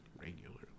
Regularly